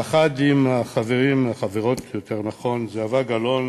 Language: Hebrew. יחד עם חברים, חברות, יותר נכון: זהבה גלאון